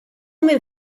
minn